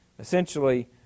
Essentially